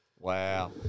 Wow